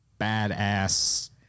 badass